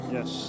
Yes